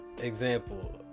Example